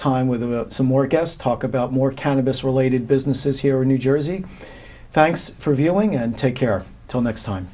time with some more guests talk about more cannabis related businesses here in new jersey thanks for viewing and take care till next time